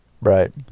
Right